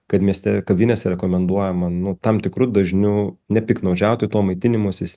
kad mieste kavinėse rekomenduojama nu tam tikru dažniu nepiktnaudžiauti tuo maitinimosi